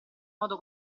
modo